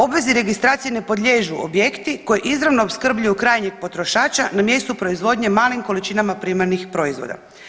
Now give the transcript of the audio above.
Obvezi registracije ne podliježu objekti koji izravno opskrbljuju krajnjeg potrošača na mjestu proizvodnje malim količinama primarnih proizvoda.